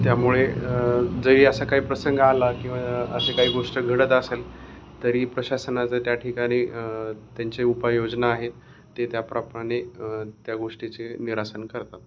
त्यामुळे जरी असा काही प्रसंग आला किंवा अशे काही गोष्ट घडत असेल तरी प्रशासनाच त्या ठिकाणी त्यांचे उपायोजना आहेत ते त्याप्रमाणे त्या गोष्टीचे निरासन करतात